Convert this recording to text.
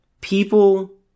people